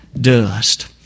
Dust